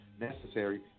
necessary